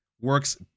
works